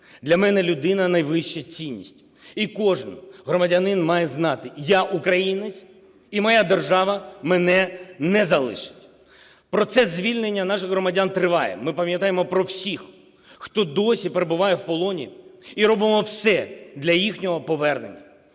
для мене людина – найвища цінність. І кожен громадянин має знати: я - українець і моя держава мене не залишить. Процес звільнення наших громадян триває, ми пам'ятаємо про всіх, хто досі перебуває у полоні і робимо все для їхнього повернення.